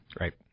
Right